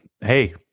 Hey